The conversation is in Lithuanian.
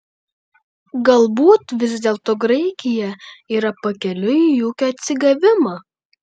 galbūt vis dėlto graikija yra pakeliui į ūkio atsigavimą